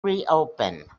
reopen